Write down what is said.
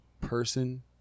person